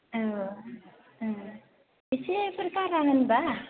औ औ एसेफोर गारा होनबा